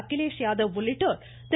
அகிலேஷ் யாதவ் உள்ளிட்டோர் திரு